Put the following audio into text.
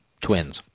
twins